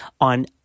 on